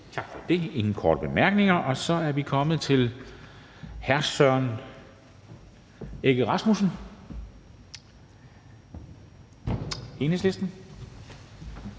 Tak for det. Der er ingen korte bemærkninger. Så er vi kommet til hr. Søren Egge Rasmussen, Enhedslisten.